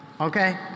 okay